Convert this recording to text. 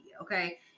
Okay